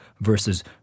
versus